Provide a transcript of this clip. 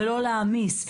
ולא להעמיס.